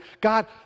God